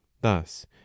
thus